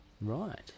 Right